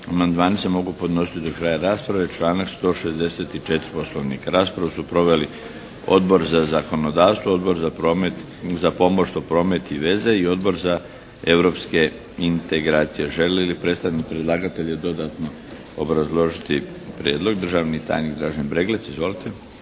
Amandmani se mogu podnositi do kraja rasprave, članak 164. Poslovnika. Raspravu su proveli Odbor za zakonodavstvo, Odbor za pomorstvo, promet i veze i Odbor za europske integracije. Želi li predstavnik predlagatelja dodatno obrazložiti prijedlog? Državni tajnik Dražen Bregelec. Izvolite!